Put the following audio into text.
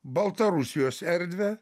baltarusijos erdvę